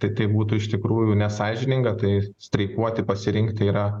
tai tai būtų iš tikrųjų nesąžininga tai streikuoti pasirinkti yra